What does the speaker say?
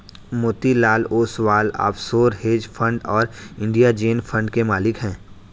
Motilal Oswal offshore hedge fund और India Zen fund के मालिक हैं